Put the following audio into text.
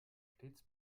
stets